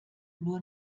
nur